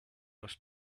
this